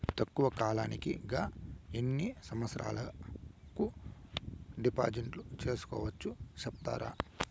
తక్కువ కాలానికి గా ఎన్ని సంవత్సరాల కు డిపాజిట్లు సేసుకోవచ్చు సెప్తారా